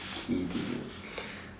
kidding